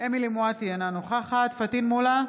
אמילי חיה מואטי, אינה נוכחת פטין מולא,